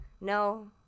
No